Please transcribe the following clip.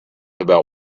about